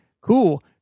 cool